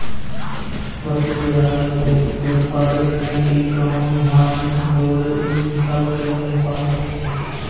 वस्तु बजारो मे खेती के उत्पाद जेना कि गहुँम, धान, गुड़ इ सभ के व्यापार होय छै